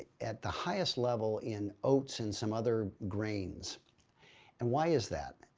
at the highest level in oats and some other grainns and why is that?